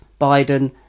Biden